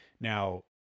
Now